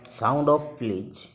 sound of please